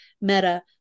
Meta